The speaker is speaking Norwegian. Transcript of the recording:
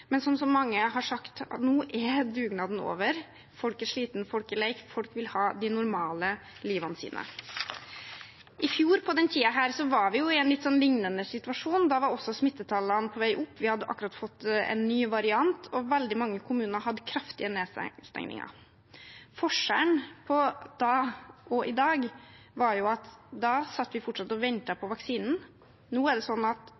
Men som mange har sagt: Nå er dugnaden over. Folk er slitne, folk er leie, folk vil ha det normale livet sitt. I fjor på denne tiden var vi i en litt lignende situasjon. Da var også smittetallene på vei opp. Vi hadde akkurat fått en ny variant, og veldig mange kommuner hadde kraftige nedstengninger. Forskjellen på den gangen og i dag er at da satt vi fortsatt og ventet på vaksinen. Nå er det sånn at